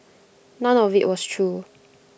none of IT was true